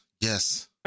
Yes